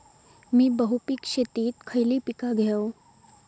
मी बहुपिक शेतीत खयली पीका घेव?